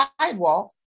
sidewalk